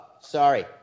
sorry